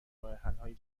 راهحلهای